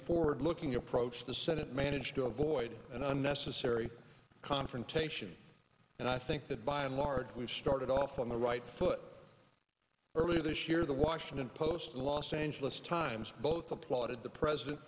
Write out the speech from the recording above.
forward looking approach the senate managed to avoid an unnecessary confrontation and i think that by and large we've started off on the right foot earlier this year the washington post los angeles times both applauded the president